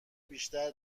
بیشتر